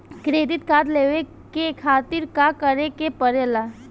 Credit card लेवे के खातिर का करेके पड़ेला?